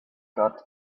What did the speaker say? got